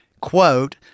Quote